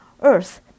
earth